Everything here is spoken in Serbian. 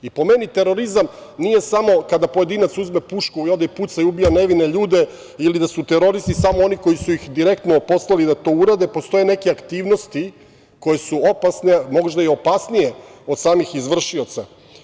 Po meni terorizam nije samo kada pojedinac uzme pušku i ode i puca i ubija nevine ljude ili da su teroristi samo oni koji su ih direktno poslali da to urade, postoje neke aktivnosti koje su opasne, možda i opasnije od samih izvršioca.